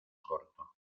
corto